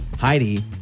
Heidi